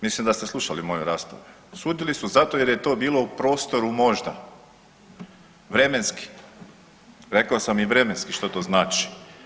Mislim da ste slušali moju raspravu, sudili su zato jer je to bilo u prostoru možda, vremenski, rekao sam i vremenski što to znači.